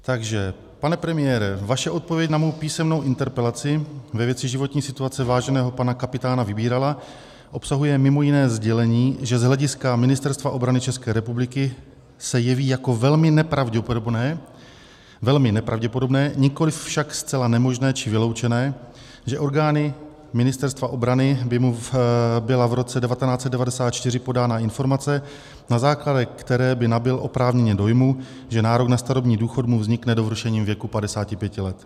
Takže pane premiére, vaše odpověď na mou písemnou interpelaci ve věci životní situace váženého pana kapitána Vybírala obsahuje mimo jiné sdělení, že z hlediska Ministerstva obrany České republiky se jeví jako velmi nepravděpodobné, velmi nepravděpodobné, nikoliv však zcela nemožné či vyloučené, že orgány Ministerstva obrany by mu byla v roce 1994 podána informace, na základě které by nabyl oprávněně dojmu, že nárok na starobní důchod mu vznikne dovršením věku 55 let.